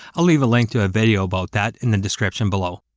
i'll leave a link to a video about that in the description below.